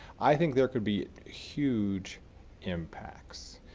i think there could be huge impacts.